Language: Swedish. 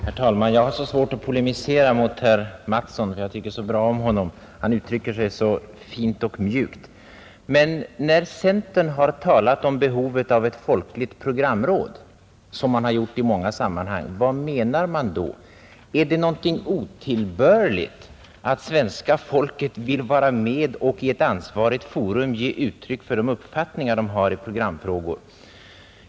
Herr talman! Jag har svårt att polemisera mot herr Mattsson i Lane-Herrestad — jag tycker så bra om honom, och han uttrycker sig så fint och mjukt. Men när centern talar om behovet av ett folkligt programråd, som man har gjort i många sammanhang, vad menar man då? Är det något otillbörligt att svenska folket vill vara med och i ett ansvarigt forum ge uttryck för de uppfattningar man har i programfrågor?